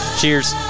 Cheers